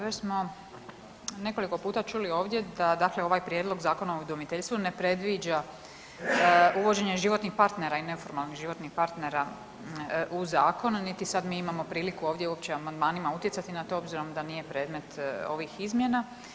Već smo nekoliko puta čuli ovdje da ovaj prijedlog Zakona o udomiteljstvu ne predviđa uvođenje životnih partnera i neformalnih životnih partnera u zakon u zakonu niti sada mi imamo priliku ovdje uopće amandmanima utjecati na to obzirom da nije predmet ovih izmjena.